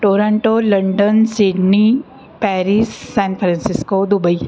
Toronto London Sydney Paris San Francisco Dubai